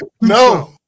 No